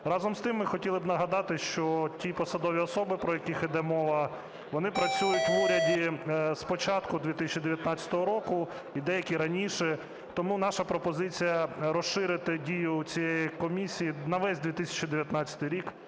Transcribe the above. Разом з тим, ми хотіли б нагадати, що ті посадові особи, про яких іде мова, вони працюють в уряді з початку 2019 року і деякі раніше. Тому наша пропозиція розширити дію цієї комісії на весь 2019 рік.